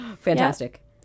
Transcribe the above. Fantastic